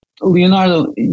Leonardo